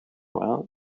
out